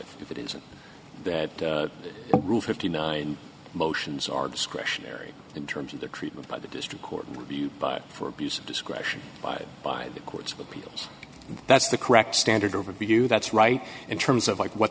it if it isn't that fifty nine motions are discretionary in terms of the treatment by the district court review but for abuse of discretion by by the courts of appeals that's the correct standard overview that's right in terms of like what